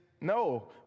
no